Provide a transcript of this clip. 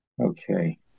Okay